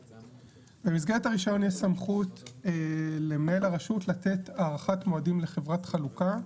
במסגרת הרישיון יש סמכות למנהל הרשות לתת הארכת מועדים לחברת חלוקה,